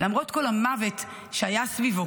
למרות כל המוות שהיה סביבו,